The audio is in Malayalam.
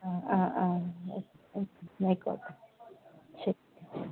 ആ ആ ആ എന്നാൽ ആയിക്കോട്ടെ ശരി